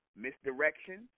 Misdirection